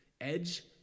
edge